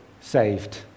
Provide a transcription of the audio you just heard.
saved